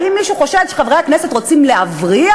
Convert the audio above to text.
האם מישהו חושב שחברי הכנסת רוצים להבריח?